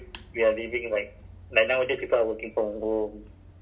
but they they can they will monitor your work ah